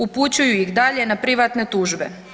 Upućuju ih dalje na privatne tužbe.